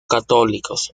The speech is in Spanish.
católicos